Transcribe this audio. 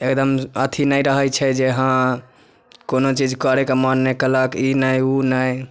एकदम अथि नहि रहै छै जे हँ कोनो चीज करैके मन नहि कयलक ई नहि उ नहि